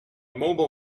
mobile